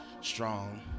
strong